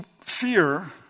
fear